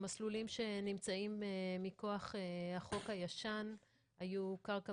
המסלולים שנמצאים מכוח החוק הישן היו קרקע